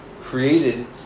created